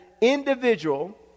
individual